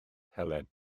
helen